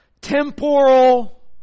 temporal